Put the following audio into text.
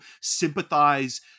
sympathize